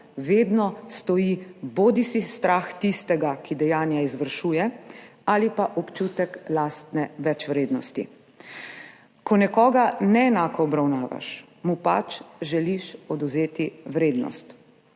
vedno stoji bodisi strah tistega, ki dejanja izvršuje, ali pa občutek lastne večvrednosti. Ko nekoga neenako obravnavaš, mu pač želiš odvzeti vrednost.